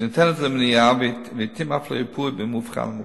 שניתנת למניעה ולעתים אף לריפוי, אם אובחנה מוקדם.